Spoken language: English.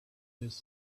with